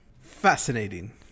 Fascinating